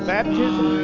Baptism